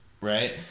right